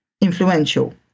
influential